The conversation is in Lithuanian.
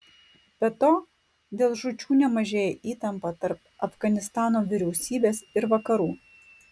be to dėl žūčių nemažėja įtampa tarp afganistano vyriausybės ir vakarų